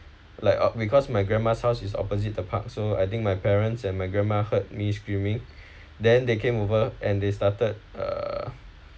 like because my grandma house is opposite the park so I think my parents and my grandma heard me screaming then they came over and they started err